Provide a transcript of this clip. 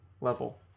level